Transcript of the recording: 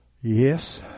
Yes